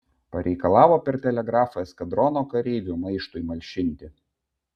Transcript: pareikalavo per telegrafą eskadrono kareivių maištui malšinti